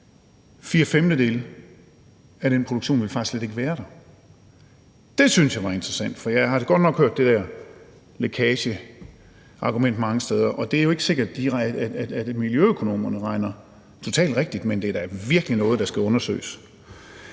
femtedele af den produktion faktisk slet ikke ville være der. Det syntes jeg var interessant, for jeg har godt nok hørt det der lækageargument mange steder, og det er jo ikke sikkert, at miljøøkonomerne regner totalt rigtigt, men det er da virkelig noget, der skal undersøges.